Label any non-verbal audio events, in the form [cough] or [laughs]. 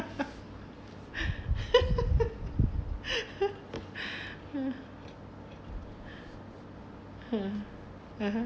[laughs] uh (uh huh)